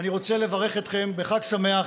אני רוצה לברך אתכם בחג שמח